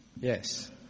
Yes